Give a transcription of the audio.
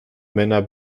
männer